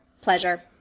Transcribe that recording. pleasure